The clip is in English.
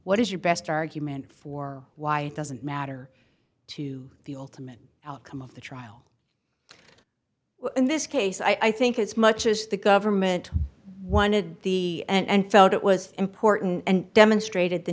what is your best argument for why it doesn't matter to the ultimate outcome of the trial in this case i think it's much as the government wanted the and felt it was important and demonstrated the